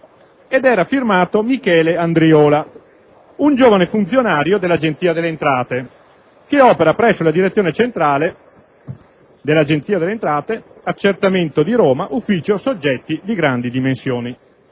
ed era firmato Michele Andriola, un giovane funzionario dell'Agenzia delle entrate, che opera presso la direzione centrale Accertamento di Roma-Ufficio soggetti di grandi dimensioni.